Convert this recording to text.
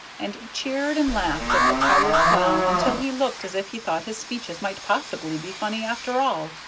and cheered and laughed at the tired clown until he looked as if he thought his speeches might possibly be funny, after all.